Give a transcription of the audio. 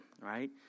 right